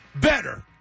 Better